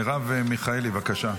מרב מיכאלי, בבקשה.